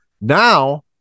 Now